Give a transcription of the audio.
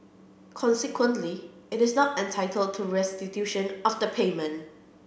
consequently it is not entitled to restitution of the payment